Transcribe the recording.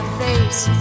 face